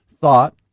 thought